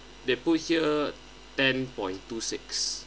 they put here ten point two six